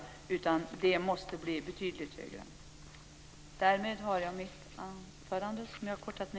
Anslagen måste bli betydligt högre.